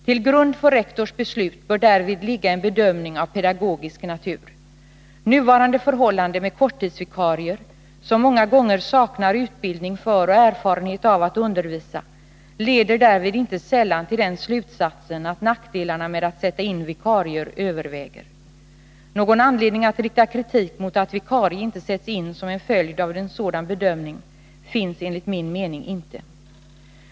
Till grund för rektors beslut bör därvid ligga en bedömning av pedagogisk natur. Nuvarande förhållande med korttidsvikarier, som många gånger saknar utbildning för och erfarenhet av att undervisa, leder därvid inte sällan till den slutsatsen att nackdelarna med att sätta in vikarier överväger. Någon anledning att rikta kritik mot att vikarie inte sätts in som en följd av en sådan bedömning finns enligt min mening inte.